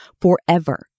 forever